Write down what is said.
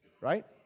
Right